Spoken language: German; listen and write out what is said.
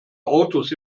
autos